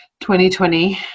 2020